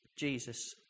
Jesus